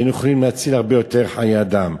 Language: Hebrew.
היינו יכולים להציל הרבה יותר חיי אדם.